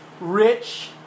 rich